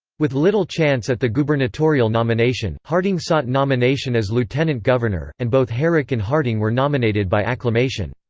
with little chance at the gubernatorial nomination, harding sought nomination as lieutenant governor, and both herrick and harding were nominated by acclamation.